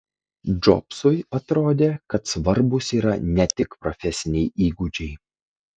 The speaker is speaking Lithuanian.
džobsui atrodė kad svarbūs yra ne tik profesiniai įgūdžiai